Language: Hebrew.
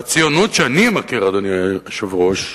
והציונות שאני מכיר, אדוני היושב-ראש,